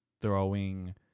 throwing